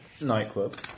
nightclub